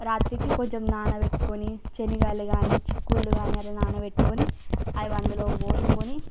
రాత్రికి కొంచెం నానపెట్టుకొని శనగలు కానీ చిక్కుళ్ళు కానీ అట్లా నానబెట్టుకొని అవి అందులో వేసుకొని